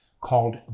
called